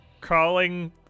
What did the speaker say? crawling